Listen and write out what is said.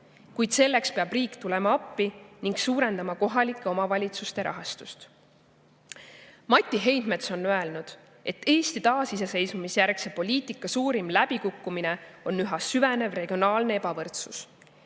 Kuid selleks peab riik tulema appi ning suurendama kohalike omavalitsuste rahastust. Mati Heidmets on öelnud, et Eesti taasiseseisvumisjärgse poliitika suurim läbikukkumine on üha süvenev regionaalne ebavõrdsus.